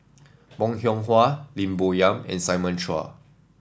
Bong Hiong Hwa Lim Bo Yam and Simon Chua